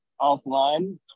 offline